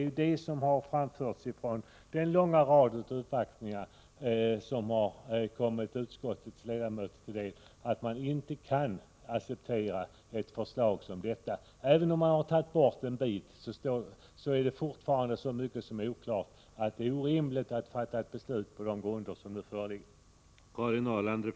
Samma inställning har kommit till uttryck i den långa rad av uppvaktningar som utskottets ledamöter har tagit del av. Även om en del justeringar har gjorts är fortfarande så mycket oklart att det är orimligt att fatta ett beslut på de grunder som nu föreligger.